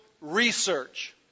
research